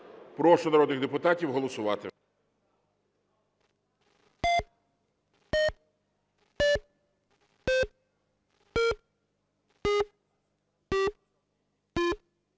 Прошу народних депутатів голосувати.